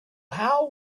how